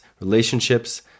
relationships